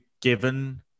given